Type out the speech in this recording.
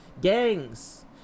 Gangs